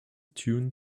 tune